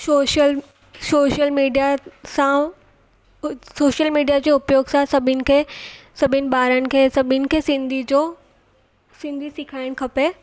social social media सां social media जो उपयोग सां सभिनि खे सभिनि ॿारनि खे सभिनि खे सिंधी जो सिंधी सेखारणु खपे